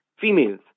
females